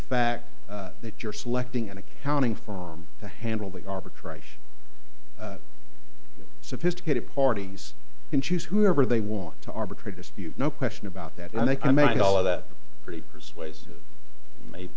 fact that you're selecting an accounting firm to handle the arbitration sophisticated parties can choose whoever they want to arbitrate dispute no question about that and i think i mean all of that pretty persuasive maybe